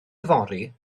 yfory